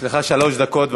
יש לך שלוש דקות.